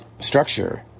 structure